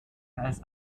als